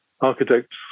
architects